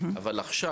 עכשיו,